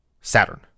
Saturn